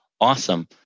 Awesome